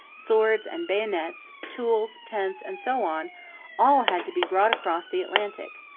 swords and bayonets, tools, tents, and so on all had to be brought across the atlantic.